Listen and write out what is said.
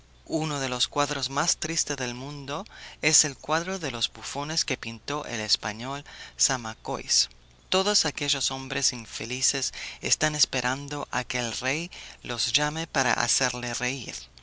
uno de los cuadros más tristes del mundo es el cuadro de los bufones que pintó el español zamacois todos aquellos hombres infelices están esperando a que el rey los llame para hacerle reír